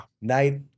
Night